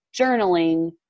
journaling